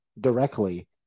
directly